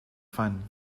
fun